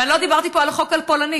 ולא דיברתי פה על החוק הפולני